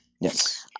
Yes